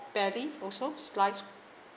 belly also sliced